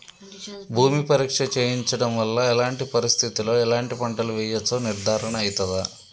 భూమి పరీక్ష చేయించడం వల్ల ఎలాంటి పరిస్థితిలో ఎలాంటి పంటలు వేయచ్చో నిర్ధారణ అయితదా?